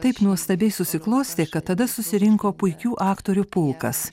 taip nuostabiai susiklostė kad tada susirinko puikių aktorių pulkas